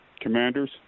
commanders